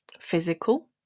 physical